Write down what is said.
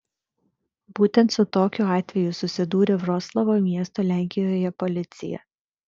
būtent su tokiu atveju susidūrė vroclavo miesto lenkijoje policija